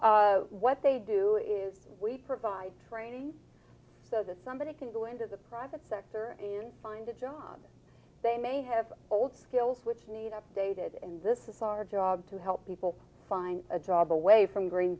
what they do is we provide training so that somebody can go into the private sector and find a job they may have all skills which need updated and this is our job to help people find a job away from green